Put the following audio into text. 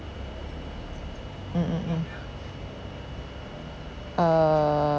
mm mm mm err